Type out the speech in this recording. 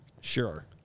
Sure